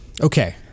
okay